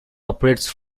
operates